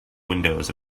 windows